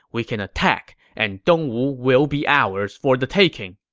we can attack, and dongwu will be ours for the taking.